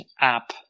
app